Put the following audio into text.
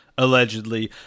allegedly